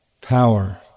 power